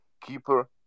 keeper